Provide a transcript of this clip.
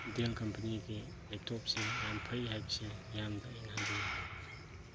Dell ꯀꯝꯄꯅꯤꯒꯤ ꯂꯦꯞꯇꯣꯞꯁꯦ ꯌꯥꯝ ꯐꯩ ꯍꯥꯏꯕꯁꯦ ꯃꯤꯌꯥꯝꯗ ꯑꯩꯅ ꯍꯥꯏꯖꯅꯤꯡꯕꯅꯤ